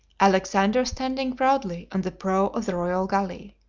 alexander standing proudly on the prow of the royal galley.